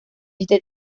este